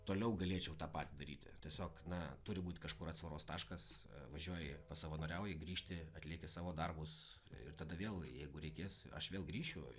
toliau galėčiau tą patį daryti tiesiog na turi būt kažkur atsvaros taškas važiuoji pasavanoriauji grįžti atlieki savo darbus ir tada vėl jeigu reikės aš vėl grįšiu